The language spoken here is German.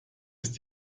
ist